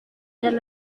dan